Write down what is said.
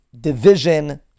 division